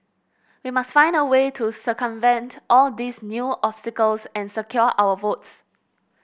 we must find a way to circumvent all these new obstacles and secure our votes